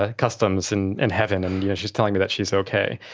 ah customs in and heaven and you know she is telling me that she is okay.